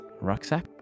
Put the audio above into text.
rucksack